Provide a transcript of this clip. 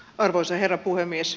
arvoisa herra puhemies